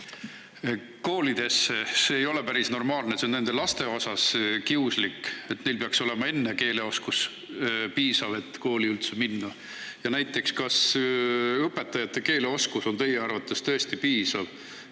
koolidesse. See ei ole päris normaalne, see on nende laste suhtes kiuslik. Neil peaks olema enne keeleoskus piisav, et üldse kooli minna. Ja kas õpetajate keeleoskus on teie arvates tõesti piisav,